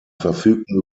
verfügten